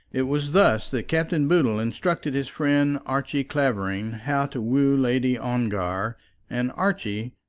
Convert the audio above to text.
it was thus that captain boodle instructed his friend archie clavering how to woo lady ongar and archie,